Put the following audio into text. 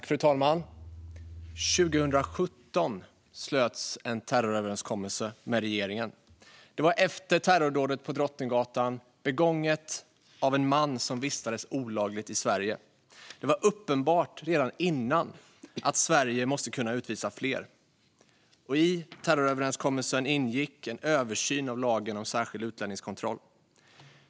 Fru talman! År 2017 slöts en terroröverenskommelse med regeringen. Det var efter terrordådet på Drottninggatan, begånget av en man som vistades olagligt i Sverige. Det var uppenbart redan innan dess att Sverige måste kunna utvisa fler. I terroröverenskommelsen ingick en översyn av lagen om särskild utlänningskontroll.